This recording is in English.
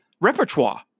repertoire